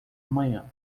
amanhã